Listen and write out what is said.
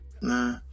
Nah